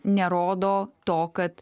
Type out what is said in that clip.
nerodo to kad